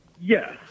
yes